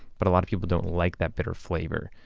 but a lot of people don't like that bitter flavor.